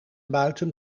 buiten